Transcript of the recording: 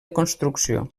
construcció